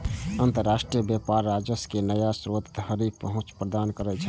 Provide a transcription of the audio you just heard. अंतरराष्ट्रीय व्यापार राजस्व के नया स्रोत धरि पहुंच प्रदान करै छै